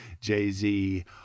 jay-z